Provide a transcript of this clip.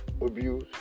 abuse